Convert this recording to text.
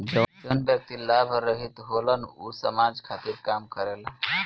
जवन व्यक्ति लाभ रहित होलन ऊ समाज खातिर काम करेलन